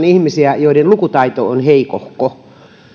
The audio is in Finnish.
ihmisiä joiden lukutaito on heikohko